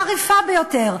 חריפה ביותר.